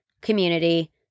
community